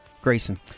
Grayson